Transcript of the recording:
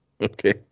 Okay